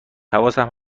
حواسم